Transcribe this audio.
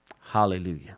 Hallelujah